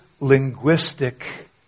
linguistic